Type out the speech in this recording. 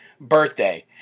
birthday